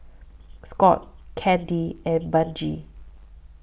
Scot Candi and Benji